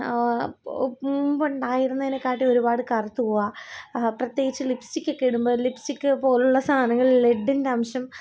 പൊ മുമ്പുണ്ടായിരുന്നേനെക്കാട്ടീം ഒരുപാട് കറുത്തുപോവുക പ്രത്യേകിച്ച് ലിപ്സ്റ്റിക്കൊക്കെ ഇടുമ്പോള് ലിപ്സ്റ്റിക്ക് പോലുള്ള സാധനങ്ങളിൽ ലെഡിൻറ്റംശം